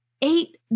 eight